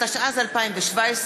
התשע"ז 2017,